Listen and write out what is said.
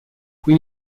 qui